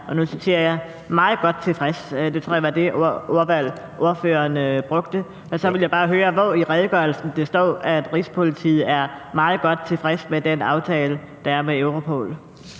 og nu citerer jeg – meget godt tilfreds. Det tror jeg var det ordvalg, ordføreren brugte. Så vil jeg bare høre, hvor det står i redegørelsen, at Rigspolitiet er meget godt tilfreds med den aftale, der er med Europol.